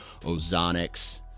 ozonics